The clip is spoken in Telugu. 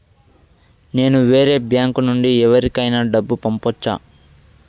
నేను వేరే బ్యాంకు నుండి ఎవరికైనా డబ్బు పంపొచ్చా?